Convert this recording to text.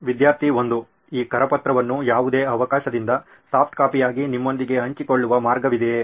ವಿದ್ಯಾರ್ಥಿ 1 ಈ ಕರಪತ್ರವನ್ನು ಯಾವುದೇ ಅವಕಾಶದಿಂದ ಸಾಫ್ಟ್ ಕಾಪಿಯಾಗಿ ನಿಮ್ಮೊಂದಿಗೆ ಹಂಚಿಕೊಳ್ಳುವ ಮಾರ್ಗವಿದೆಯೇ